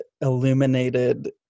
illuminated